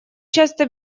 часто